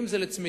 אם זה לצמיתות